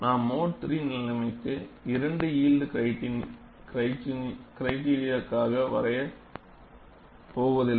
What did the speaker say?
நான் mode II நிலைமைக்கு இரண்டு யில்ட் கிரைடிரியன்க்காவும் வரையப் போவதில்லை